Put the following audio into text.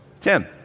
Tim